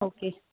okay